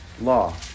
Law